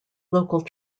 local